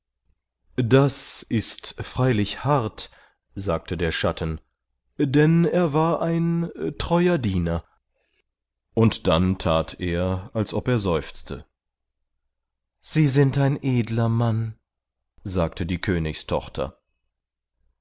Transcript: das ist freilich hart sagte der schatten denn er war ein treuer diener und dann that er als ob er seufzte sie sind ein edler mann sagte die königstochter